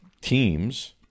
teams